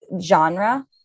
genre